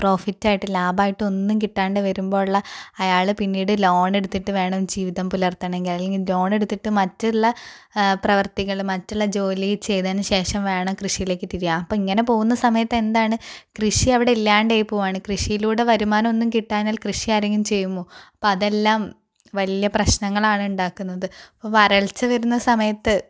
പ്രോഫിറ്റായിട്ട് ലാഭമായിട്ട് ഒന്നും കിട്ടാതെ വരുമ്പോഴുള്ള അയാൾ പിന്നീട് ലോൺ എടുത്തിട്ട് വേണം ജീവിതം പുലർത്തണമെങ്കിൽ അല്ലെങ്കിൽ ലോണ് എടുത്തിട്ട് മറ്റുള്ള പ്രവർത്തികൾ മറ്റുള്ള ജോലി ചെയ്തതിനു ശേഷം വേണം കൃഷിയിലേക്ക് തിരിയാൻ അപ്പോൾ ഇങ്ങനെ പോകുന്ന സമയത്ത് എന്താണ് കൃഷി അവിടെ ഇല്ലാണ്ടായി പോവുകയാണ് കൃഷിയിലൂടെ വരുമാനം ഒന്നും കിട്ടാതായാൽ കൃഷി ആരെങ്കിലും ചെയ്യുമോ അപ്പോൾ അതെല്ലാം വലിയ പ്രശ്നങ്ങളാണ് ഉണ്ടാക്കുന്നത് ഇപ്പം വരൾച്ച വരുന്ന സമയത്ത്